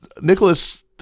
nicholas